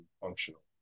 functional